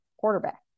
quarterback